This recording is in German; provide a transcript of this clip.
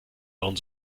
euren